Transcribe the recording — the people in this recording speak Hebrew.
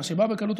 מה שבא בקלות,